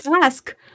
ask